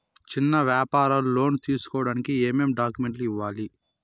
చిన్న వ్యాపారులు లోను తీసుకోడానికి ఏమేమి డాక్యుమెంట్లు ఇవ్వాలి?